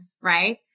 right